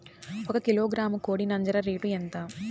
ఒక కిలోగ్రాము కోడి నంజర రేటు ఎంత?